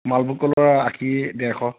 মালভোগ কলৰ আশী ডেৰশ